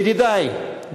ידידי,